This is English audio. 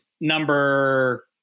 number